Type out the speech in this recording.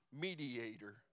mediator